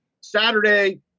Saturday